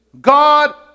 God